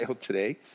today